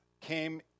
came